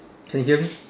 can hear me